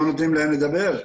לא נותנים להם לדבר?